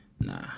nah